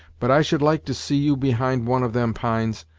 but i should like to see you behind one of them pines,